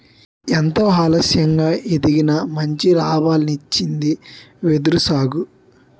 ఎంతో ఆలస్యంగా ఎదిగినా మంచి లాభాల్నిచ్చింది వెదురు సాగు